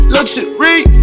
Luxury